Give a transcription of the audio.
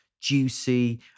juicy